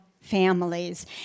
families